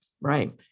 right